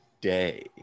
day